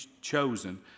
chosen